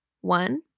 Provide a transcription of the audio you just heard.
One